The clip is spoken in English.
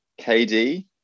KD